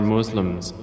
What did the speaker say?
Muslims